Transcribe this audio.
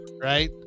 right